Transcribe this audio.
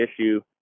issue